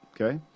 Okay